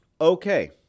Okay